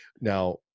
now